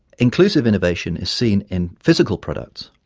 inclusive innovation is seen in physical products,